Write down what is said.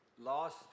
last